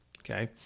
okay